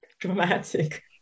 dramatic